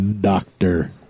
doctor